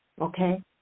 Okay